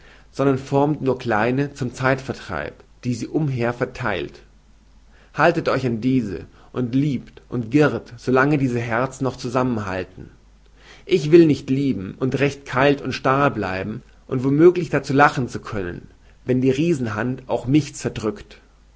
sondern formt nur kleine zum zeitvertreib die sie umher vertheilt haltet euch an diese und liebt und girrt so lange diese herzen noch zusammenhalten ich will nicht lieben und recht kalt und starr bleiben um wo möglich dazu lachen zu können wenn die riesenhand auch mich zerdrückt